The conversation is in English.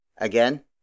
Again